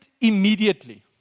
immediately